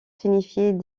signifiait